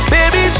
Baby